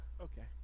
Okay